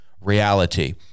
reality